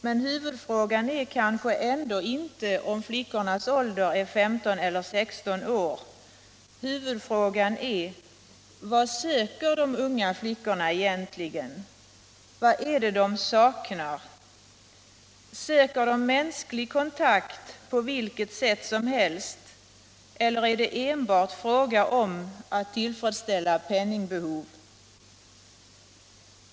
Men huvudfrågan är kanske ändå inte om flickorna är 15 eller 16 år. Huvudfrågan är: Vad söker de unga flickorna egentligen? Vad är det de saknar? Söker de mänsklig kontakt på vilket sätt som helst, eller är det enbart fråga om att tillfredsställa penningbehov?